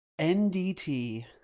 NDT